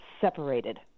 separated